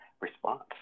response